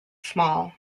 small